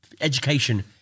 education